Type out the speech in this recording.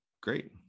great